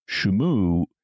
shumu